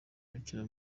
bikira